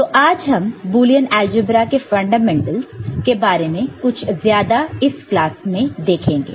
तो आज हम बुलियन अलजेब्रा के फंडामेंटल्स के बारे में कुछ ज्यादा इस क्लास में देखेंगे